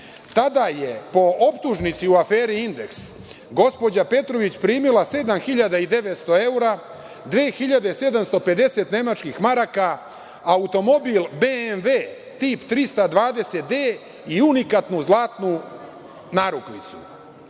Tada je po optužnici u aferi „Indeks“ gospođa Petrović primila 7.900 eura, 2.750 nemačkih maraka, automobil BMV, tip 320D i unikatnu zlatnu narukvicu.